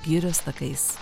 girios takais